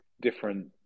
different